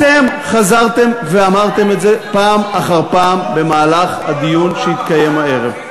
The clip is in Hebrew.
אתם חזרתם ואמרתם את זה פעם אחר פעם במהלך הדיון שהתקיים הערב.